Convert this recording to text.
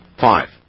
Five